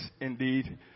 indeed